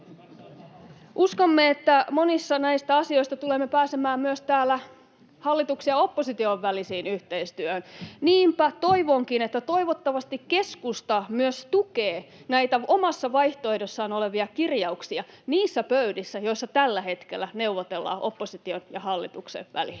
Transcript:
Uskomme, että monissa näissä asioissa tulemme pääsemään myös täällä hallituksen ja opposition väliseen yhteistyöhön. Niinpä toivonkin, että toivottavasti keskusta myös tukee näitä omassa vaihtoehdossaan olevia kirjauksia niissä pöydissä, joissa tällä hetkellä neuvotellaan opposition ja hallituksen välillä.